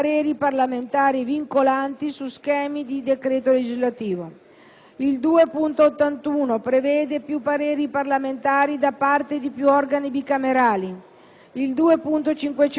il 2.81 prevede più pareri parlamentari da parte di più organi bicamerali; il 2.520 postula una modificazione dei Regolamenti parlamentari,